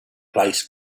place